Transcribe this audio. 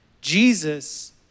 Jesus